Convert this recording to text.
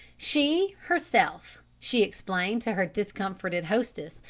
she, herself, she explained to her discomforted hostess,